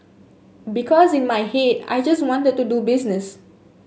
because in my head I just wanted to do business